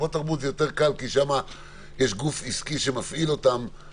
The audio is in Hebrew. במקומות תרבות זה יותר קל כי שם יש גוף עסקי שמפעיל אותם.